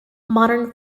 modern